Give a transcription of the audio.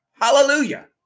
Hallelujah